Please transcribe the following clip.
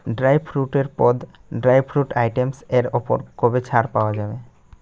dry ফ্রুটের পদ dry fruit items এর ওপর কবে ছাড় পাওয়া যাবে